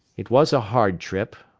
it was a hard trip,